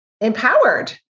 empowered